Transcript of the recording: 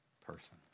person